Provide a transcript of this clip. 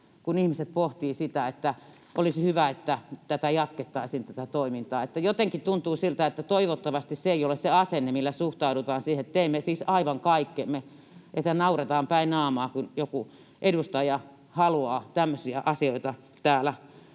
kun ihmiset pohtivat sitä, että olisi hyvä, että tätä toimintaa jatkettaisiin. Jotenkin tuntuu siltä, että toivottavasti se ei ole se asenne, millä suhtaudutaan siihen, että teemme siis aivan kaikkemme, että nauretaan päin naamaa, kun joku edustaja haluaa tämmöisistä asioista täällä